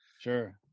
Sure